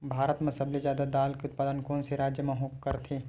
भारत मा सबले जादा दाल के उत्पादन कोन से राज्य हा करथे?